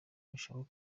bashobora